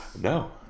No